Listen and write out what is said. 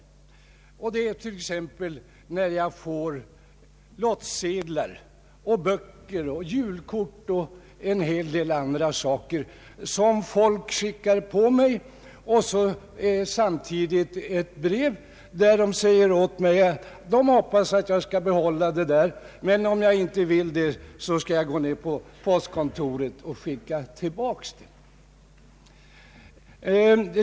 Så är fallet t.ex. när folk skickar på mig lottsedlar, böcker, julkort m.m. samtidigt som det följer ett brev, i vilket det sägs att man hoppas att jag skall behålla det som har sänts till mig men att jag, om jag inte vill ha detta, skall gå ned till postkontoret och återsända det.